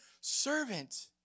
servant